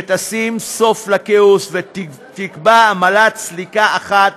שתשים סוף לכאוס ותקבע עמלת סליקה אחת,